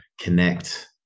connect